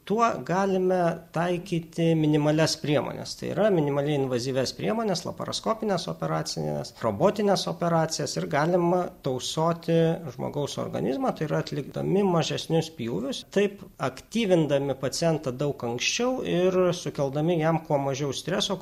tuo galime taikyti minimalias priemones tai yra minimaliai invazyvias priemones laparoskopines operacijas robotines operacijas ir galima tausoti žmogaus organizmą tai yra atlikdami mažesnius pjūvius taip aktyvindami pacientą daug anksčiau ir sukeldami jam kuo mažiau streso